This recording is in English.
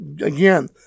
again